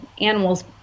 animals